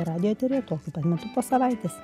radijo eteryje tokiu pat metu po savaitės